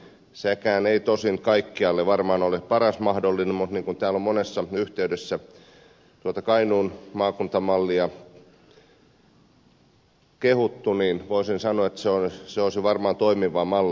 sekään ei tosin varmaan ole kaikkialle paras mahdollinen mutta niin kuin täällä on monessa yhteydessä tuota kainuun maakuntamallia kehuttu voisin sanoa että se olisi varmaan toimiva malli